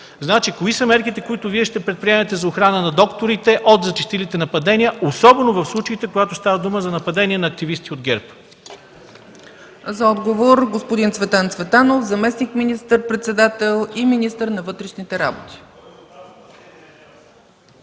риск. Кои са мерките, които Вие ще предприемете за охрана на докторите от зачестилите нападения, особено в случаите, когато става дума за нападение на активисти от ГЕРБ? ПРЕДСЕДАТЕЛ ЦЕЦКА ЦАЧЕВА: За отговор – господин Цветан Цветанов, заместник министър-председател и министър на вътрешните работи.